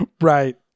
right